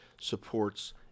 supports